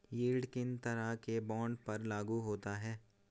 Yield किन तरह के बॉन्ड पर लागू होता है?